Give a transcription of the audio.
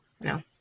no